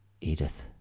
Edith